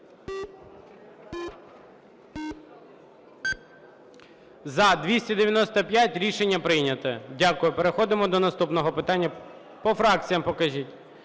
За-295 Рішення прийнято. Дякую. Переходимо до наступного питання… По фракціям покажіть.